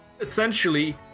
...essentially